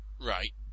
Right